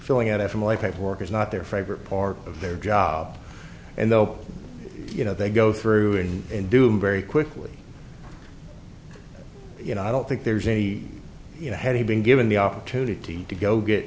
filling out after life type work is not their favorite part of their job and though you know they go through and in doing very quickly you know i don't think there's any you know had he been given the opportunity to go get